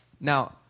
Now